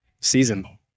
season